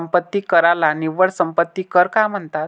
संपत्ती कराला निव्वळ संपत्ती कर का म्हणतात?